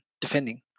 defending